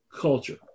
culture